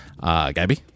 Gabby